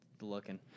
looking